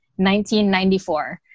1994